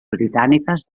britàniques